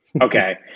Okay